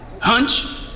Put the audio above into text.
Hunch